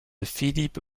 philippe